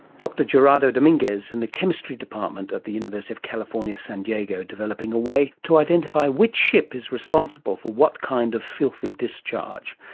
dr gerardo dominguez at and the chemistry department at the university of california san diego, developing a way to identify which ship is responsible for what kind of filthy discharge.